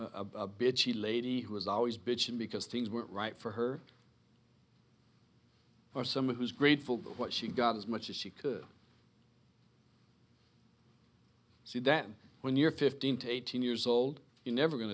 a bitchy lady who was always bitching because things weren't right for her for some it was grateful for what she got as much as she could see that when you're fifteen to eighteen years old you never going